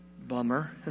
Bummer